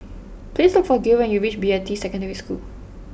please look for Gil when you reach Beatty Secondary School